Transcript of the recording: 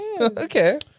Okay